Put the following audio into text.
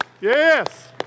Yes